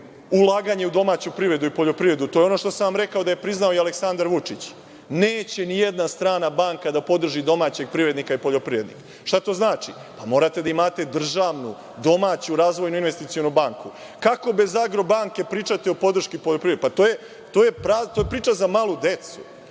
ulaganje u domaću privredu i poljoprivredu. To je ono što sam vam rekao da je priznao i Aleksandar Vučić. Neće nijedna strana banka da podrži domaćeg privrednika i poljoprivrednika. Šta to znači? Morate da imate državnu, domaću razvojnu investicionu banku. Kako bez Agro banke pričati o podrški poljoprivredi? To je priča za malu decu.